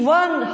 one